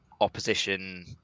opposition